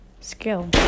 Skill